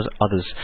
others